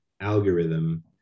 algorithm